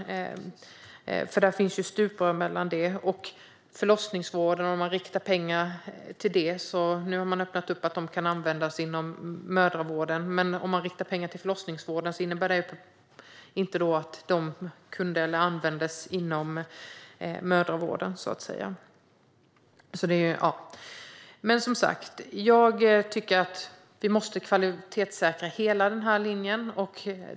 Det finns nämligen stuprör där. Nu har det öppnats upp för att pengar som riktas till förlossningsvården kan användas inom mödravården. Jag tycker som sagt att vi måste kvalitetssäkra hela den här linjen.